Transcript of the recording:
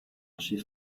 schieß